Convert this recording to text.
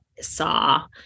saw